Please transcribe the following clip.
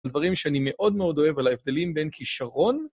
דברים שאני מאוד מאוד אוהב, על ההבדלים בין כישרון...